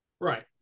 Right